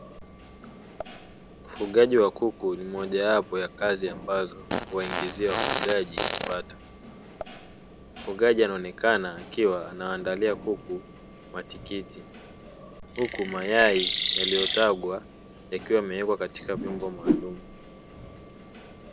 Ufugaji wa kuku ni mojawapo ya kazi ambazo huwaingizia wafugaji kipato. Mfugaji anaonekana akiwa anaandalia kuku matikiti, huku mayai yaliyotagwa yakiwa yamewekwa katika vyombo maalumu.